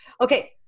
Okay